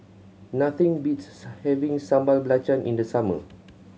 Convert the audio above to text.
nothing beats having Sambal Belacan in the summer